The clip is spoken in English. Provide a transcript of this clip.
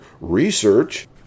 research—